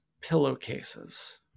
Pillowcases